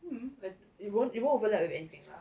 you won't you won't overlap with anything lah